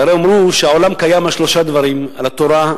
והרי אמרו שהעולם קיים על שלושה דברים: על התורה,